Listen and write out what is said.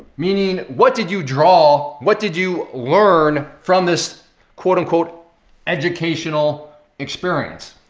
meaning, what did you draw? what did you learn from this quote unquote educational experience?